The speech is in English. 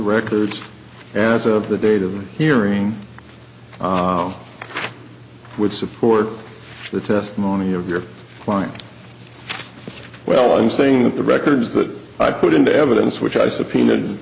records and as of the date of the hearing would support the testimony of your client well i'm saying that the records that i put into evidence which i subpoenaed